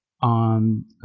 On